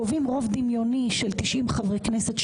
קובעים רוב דמיוני של 90 חברי כנסת,